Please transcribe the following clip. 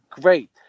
Great